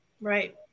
Right